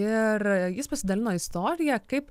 ir jis pasidalino istorija kaip